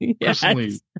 Personally